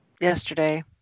yesterday